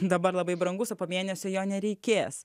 dabar labai brangus o po mėnesio jo nereikės